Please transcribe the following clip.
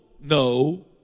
no